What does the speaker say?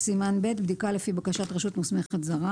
123.בדיקה לפי בקשת רשות מוסמכת זרה